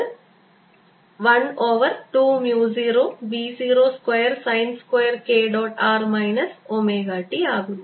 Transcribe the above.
ആം 1 over 2 mu 0 B 0 square sine square k dot r minus omega t ആകുന്നു